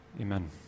Amen